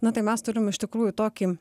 na tai mes turim iš tikrųjų tokį